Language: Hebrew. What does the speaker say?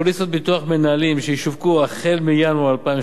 פוליסות ביטוח מנהלים שישווקו החל מינואר 2013